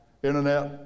Internet